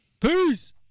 peace